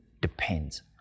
depends